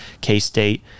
K-State